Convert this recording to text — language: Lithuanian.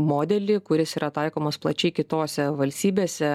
modelį kuris yra taikomas plačiai kitose valstybėse